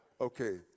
Okay